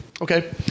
Okay